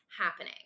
happening